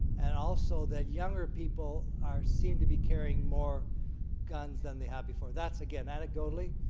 and also that younger people are seem to be carrying more guns than they had before, that's again ant dough like